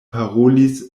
parolis